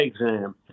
exam